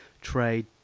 trade